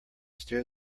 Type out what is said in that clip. steer